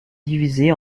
divisée